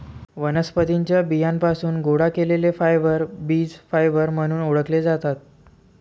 वनस्पतीं च्या बियांपासून गोळा केलेले फायबर बीज फायबर म्हणून ओळखले जातात